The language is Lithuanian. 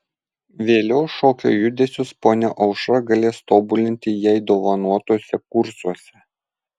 vėliau šokio judesius ponia aušra galės tobulinti jai dovanotuose kursuose